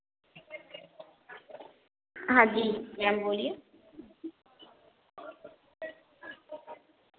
हाँ जी मैम बोलिए